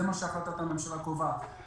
זה מה שהחלטת הממשלה קובעת.